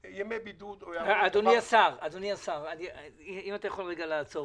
אדוני השר, אם אתה יכול לעצור.